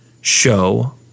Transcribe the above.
show